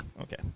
okay